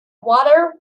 water